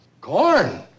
Corn